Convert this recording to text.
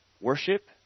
Worship